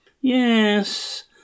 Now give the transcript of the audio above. Yes